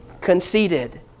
conceited